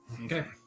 okay